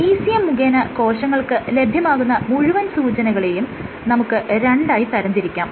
ECM മുഖേന കോശങ്ങൾക്ക് ലഭ്യമാകുന്ന മുഴുവൻ സൂചനകളെയും നമുക്ക് രണ്ടായി തരംതിരിക്കാം